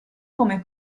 come